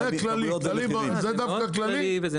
זה כללי, זה דווקא כללי.